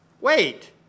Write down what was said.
Wait